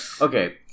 Okay